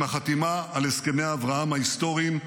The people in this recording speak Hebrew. עם החתימה על הסכמי אברהם ההיסטוריים,